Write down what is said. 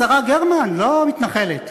השרה גרמן, לא מתנחלת,